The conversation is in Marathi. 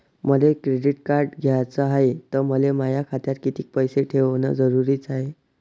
मले क्रेडिट कार्ड घ्याचं हाय, त मले माया खात्यात कितीक पैसे ठेवणं जरुरीच हाय?